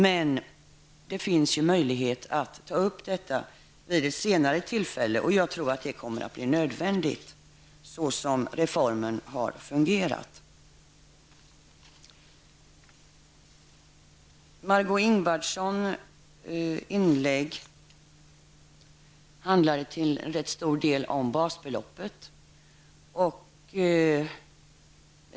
Men det finns ju möjlighet att ta upp detta vid ett senare tillfälle, och jag tror att det kommer att bli nödvändigt, så som reformen har fungerat. Margó Ingvardssons inlägg handlade till en rätt stor del om basbeloppet.